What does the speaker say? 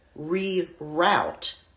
reroute